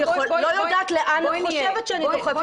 בואי נהיה הוגנות.